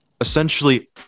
essentially